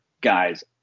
guys